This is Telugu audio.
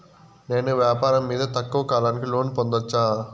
నేను వ్యాపారం మీద తక్కువ కాలానికి లోను పొందొచ్చా?